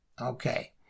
Okay